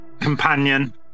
companion